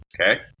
Okay